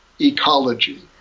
ecology